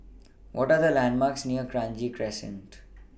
What Are The landmarks near Kranji Crescent